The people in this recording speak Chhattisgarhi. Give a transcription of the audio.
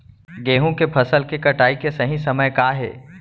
गेहूँ के फसल के कटाई के सही समय का हे?